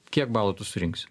kiek balų tu surinksi